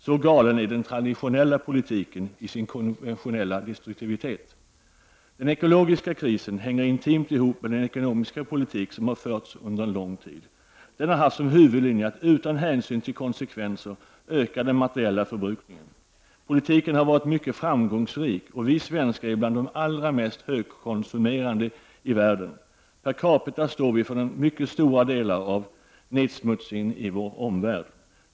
Så galen är den traditionella politiken i sin konventionella destruktivitet. Den ekologiska krisen hänger intimt ihop med den ekonomiska politik som har förts under lång tid. Den har haft som huvudlinje att utan hänsyn till konsekvenser öka den materiella förbrukningen. Politiken har varit mycket framgångsrik, och vi svenskar är bland de allra mest högkonsumerande i världen. Per capita står vi för mycket stora delar av nedsmutsningen i vår omvärld.